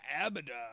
Abaddon